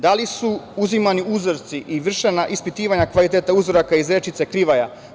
Da li su uzimani uzorci i vršenja ispitivanja kvaliteta uzoraka iz rečice Krivaja?